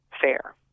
fair